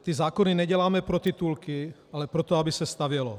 Ty zákony neděláme pro titulky, ale proto, aby se stavělo.